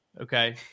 Okay